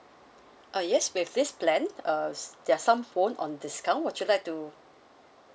uh yes with this plan uh there is some phone on discount would you like to